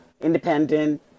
independent